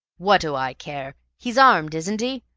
wha' do i care? he's armed, isn't he?